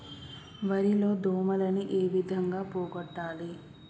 వరి లో దోమలని ఏ విధంగా పోగొట్టాలి?